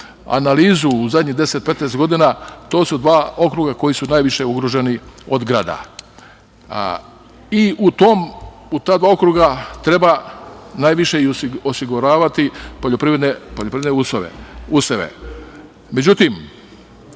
analizu u poslednjih 10-15 godina, to su dva okruga koja su najviše ugroženi od grada. U ta dva okruga treba najviše i osiguravati poljoprivredne